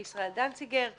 וישראל דנציגר,